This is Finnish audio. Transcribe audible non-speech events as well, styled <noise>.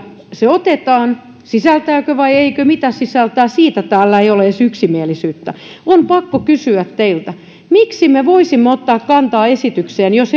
se otetaan sisältääkö vai eikö mitä sisältää siitä täällä ei ole yksimielisyyttä on pakko kysyä teiltä miten me voisimme ottaa kantaa esitykseen jos <unintelligible>